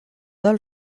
del